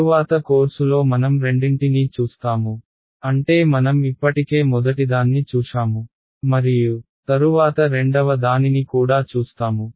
తరువాత కోర్సులో మనం రెండింటినీ చూస్తాము అంటే మనం ఇప్పటికే మొదటిదాన్ని చూశాము మరియు తరువాత రెండవ దానిని కూడా చూస్తాము